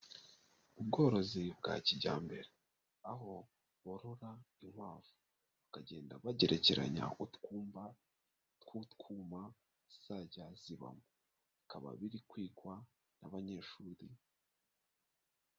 Ubworozi bwa kijyambere aho borora inkwavu. Bakagenda bagerekeranya utwumba tw'utwuma zizajya zibamo. Bikaba biri kwigwa n'abanyeshuri.